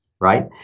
right